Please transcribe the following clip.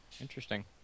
Interesting